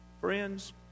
Friends